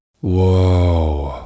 whoa